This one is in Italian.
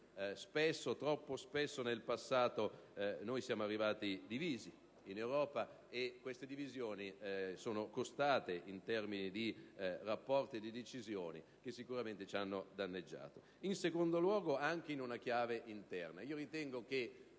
Spesso, troppo spesso, nel passato siamo arrivati divisi in Europa, e queste divisioni sono costate in termini di rapporti e di decisioni: sicuramente ci hanno danneggiato. In secondo luogo, anche in chiave interna,